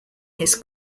his